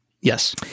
Yes